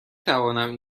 توانم